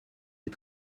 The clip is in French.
des